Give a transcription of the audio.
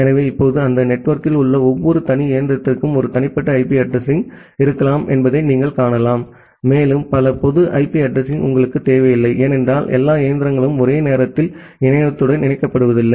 எனவே இப்போது அந்த நெட்வொர்க்கில் உள்ள ஒவ்வொரு தனி இயந்திரத்திற்கும் ஒரு தனிப்பட்ட ஐபி அட்ரஸிங் இருக்கலாம் என்பதை நீங்கள் காணலாம் மேலும் பல பொது ஐபி அட்ரஸிங் உங்களுக்குத் தேவையில்லை ஏனென்றால் எல்லா இயந்திரங்களும் ஒரே நேரத்தில் இணையத்துடன் இணைக்கப்படவில்லை